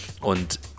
Und